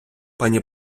пані